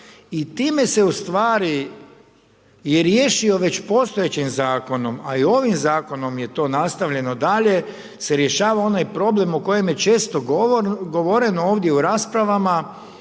i time se ustvari i riješio već postojećim Zakonom, a i ovim Zakonom je to nastavljeno dalje se rješava onaj problem o kojem je često govoreno ovdje u raspravama